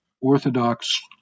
orthodox